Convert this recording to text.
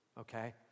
okay